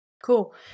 Cool